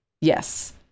Yes